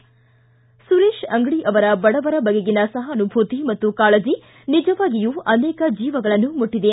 ಸುರೇಶ್ ಅಂಗಡಿಯವರ ಬಡವರ ಬಗೆಗಿನ ಸಹಾನುಭೂತಿ ಮತ್ತು ಕಾಳಜಿ ನಿಜವಾಗಿಯೂ ಅನೇಕ ಜೀವಗಳನ್ನು ಮುಟ್ಟದೆ